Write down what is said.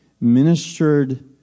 ministered